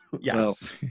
Yes